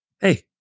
Hey